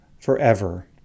forever